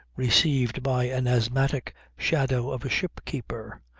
received by an asthmatic shadow of a ship-keeper,